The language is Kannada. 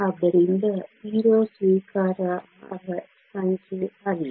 ಆದ್ದರಿಂದ 0 ಸ್ವೀಕಾರಾರ್ಹ ಸಂಖ್ಯೆ ಅಲ್ಲ